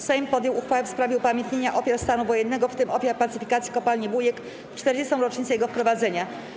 Sejm podjął uchwałę w sprawie upamiętnienia ofiar stanu wojennego, w tym ofiar pacyfikacji Kopalni „Wujek”, w czterdziestą rocznicę jego wprowadzenia.